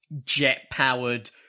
jet-powered